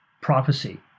prophecy